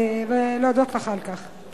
ולהודות לך על כך.